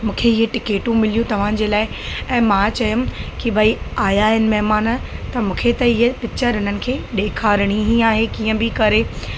मूंखे ईअं टिकटूं मिलियूं तव्हांजे लाइ ऐं मां चयुमि की भाई आया आहिनि महिमान त मूंखे त ईअ पिचर हिननि खे ॾेखारिणी ई आहे कीअं बि करे